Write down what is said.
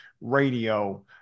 radio